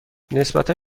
نسبتا